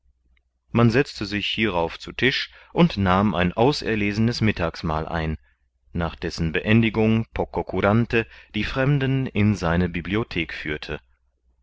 man setzte sich hierauf zu tisch und nahm ein auserlesenes mittagsmahl ein nach dessen beendigung pococurante die fremden in seine bibliothek führte